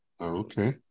Okay